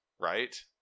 right